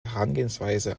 herangehensweise